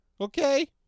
Okay